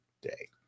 Day